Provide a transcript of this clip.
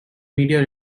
media